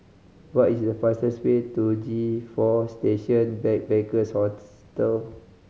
what is the fastest way to G Four Station Backpackers Hostel